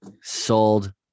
Sold